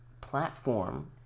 platform